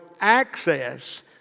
access